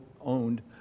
owned